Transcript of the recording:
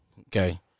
okay